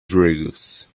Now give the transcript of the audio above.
drugs